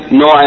no